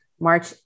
March